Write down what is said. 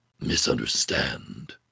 misunderstand